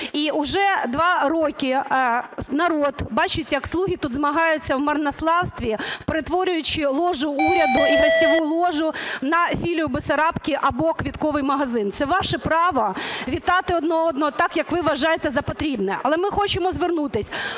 і уже два роки народ бачить як "слуги" тут змагаються в марнославстві, перетворюючи ложу уряду і гостьову ложу на філію Бессарабки або квітковий магазин. Це ваше право вітати один одного так, як ви вважаєте за потрібне. Але ми хочемо звернутись